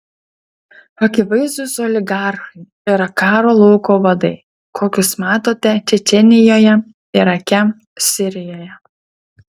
akivaizdūs oligarchai yra karo lauko vadai kokius matome čečėnijoje irake sirijoje